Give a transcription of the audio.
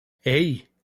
hey